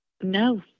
No